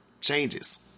Changes